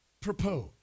propose